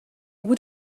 would